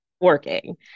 working